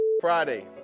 Friday